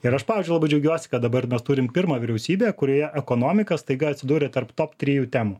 ir aš pavyzdžiui labai džiaugiuosi kad dabar mes turim pirmą vyriausybę kurioje ekonomika staiga atsidūrė tarp top trijų temų